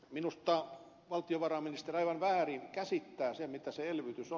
minusta valtiovarainministeri aivan väärin käsittää sen mitä se elvytys on